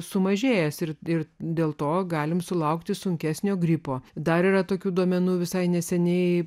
sumažėjęs ir dėl to galime sulaukti sunkesnio gripo dar yra tokių duomenų visai neseniai